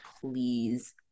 please